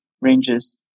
ranges